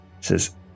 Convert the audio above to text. says